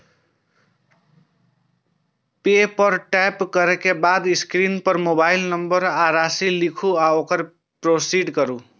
पे पर टैप करै के बाद स्क्रीन पर मोबाइल नंबर आ राशि लिखू आ ओकरा प्रोसीड करू